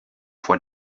foar